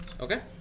Okay